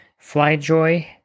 Flyjoy